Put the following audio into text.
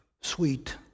sweet